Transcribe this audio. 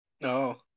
No